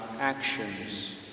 actions